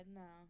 no